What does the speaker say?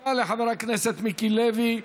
תודה לחבר הכנסת מיקי לוי.